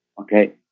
okay